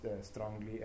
strongly